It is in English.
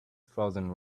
frozen